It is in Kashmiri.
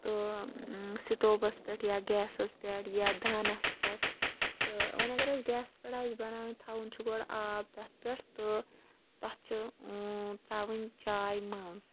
تہٕ ٲں سِٹوپس پٮ۪ٹھ یا گیسَس پٮ۪ٹھ یا دانَس پٮ۪ٹھ تہٕ وۄنۍ اَگر اسہِ گیسَس پٮ۪ٹھ آسہِ بَناوٕنۍ تھاوُن چھُ گۄڈٕ آب تَتھ پٮ۪ٹھ تہٕ تَتھ چھِ ترٛاوٕنۍ چاے منٛز